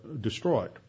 destroyed